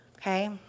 Okay